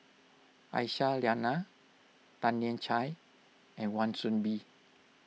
Aisyah Lyana Tan Lian Chye and Wan Soon Bee